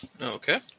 Okay